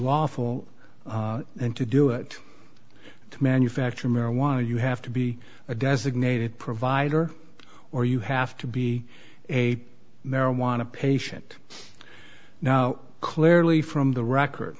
lawful and to do it to manufacture marijuana you have to be a designated provider or you have to be a marijuana patient now clearly from the record